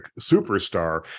superstar